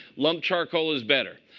lump charcoal is better.